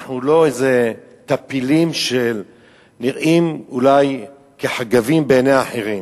אנחנו לא איזה טפילים שנראים אולי כחגבים בעיני אחרים.